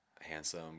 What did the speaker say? handsome